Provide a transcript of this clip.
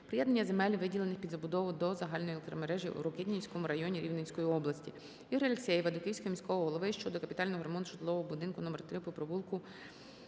приєднання земель, виділених під забудову, до загальної електромережі у Рокитнівському районі Рівненської області. Ігоря Алексєєва до Київського міського голови щодо капітального ремонту житлового будинку №3 по провулку